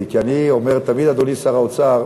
אני זכיתי, כי אני אומר תמיד, אדוני שר האוצר: